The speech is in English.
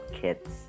kids